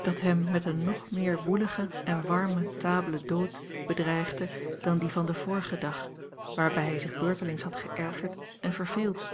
dat hem met eene nog meer woelige en warme table d'hôte bedreigde dan die van den vorigen dag waarbij hij zich beurtelings had geërgerd en verveeld